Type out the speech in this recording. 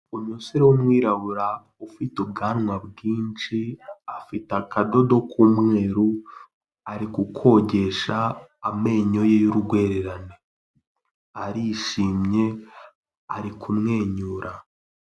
Umusore w'umwirabura ufite ubwanwa bwinshi afite akadodo k'umweru ari kukogesha amenyo ye y'urwererane arishimye ari kumwenyura.